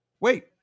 Wait